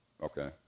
Okay